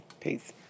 Peace